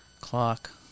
Clock